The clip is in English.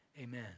amen